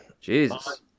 Jesus